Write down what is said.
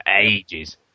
ages